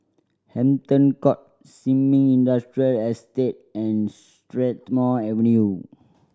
Hampton Court Sin Ming Industrial Estate and Strathmore Avenue